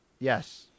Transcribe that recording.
Yes